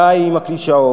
די עם הקלישאות.